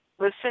Listen